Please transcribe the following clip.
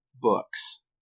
books